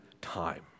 time